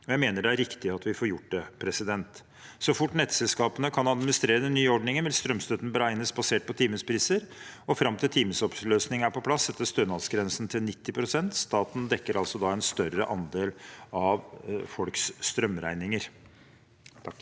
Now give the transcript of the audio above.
Jeg mener det er riktig at vi får gjort det. Så fort nettselskapene kan administrere den nye ordningen, vil strømstøtten beregnes basert på timepriser, og fram til timesoppløsning er på plass, settes stønadsgrensen til 90 pst. Staten dekker da en større andel av folks strømregninger.